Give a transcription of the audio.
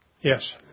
Yes